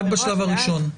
רק בשלב הראשון.